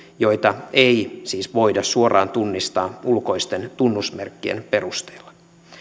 joita ei siis voida suoraan tunnistaa ulkoisten tunnusmerkkien perusteella